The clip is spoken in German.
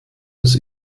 uns